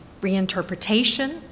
reinterpretation